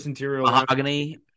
Mahogany